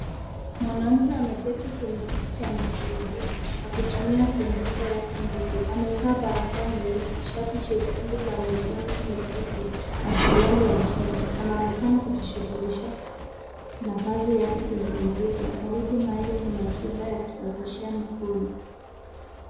Mwanamke ameketi kwenye kiti cha magurudumu akitumia kompyuta yake ndogo. Amevaa barakoa nyeusi, shati jekundu la mikono mifupi na suruali ya jeans . Anaonekana kujishughulisha na kazi yake kwenye kompyuta. Karibu naye kuna chupa ya kusafishia mikono.